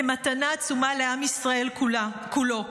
הם מתנה עצומה לעם ישראל כולו.